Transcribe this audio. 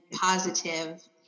positive